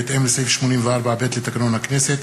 בהתאם לסעיף 84(ב) לתקנון הכנסת,